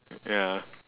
ya